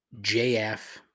JF